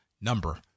number